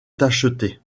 tacheté